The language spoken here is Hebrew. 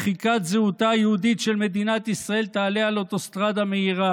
מחיקת זהותה היהודית של מדינת ישראל תעלה על אוטוסטרדה מהירה,